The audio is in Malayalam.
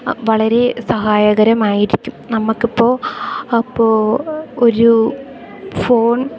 വളരെ സഹായകരമായിരിക്കും നമുക്കിപ്പോൾ അപ്പോൾ ഒരു ഫോൺ